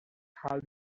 how